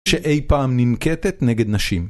שאי פעם ננקטת נגד נשים.